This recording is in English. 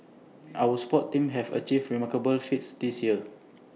our sports teams have achieved remarkable feats this year